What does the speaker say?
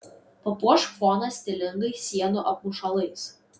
papuošk foną stilingais sienų apmušalais